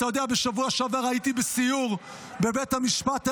בשבוע שעבר הייתי בסיור בבית המשפט העליון,